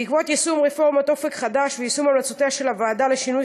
בעקבות יישום רפורמת "אופק חדש" ויישום המלצותיה של הוועדה לשינוי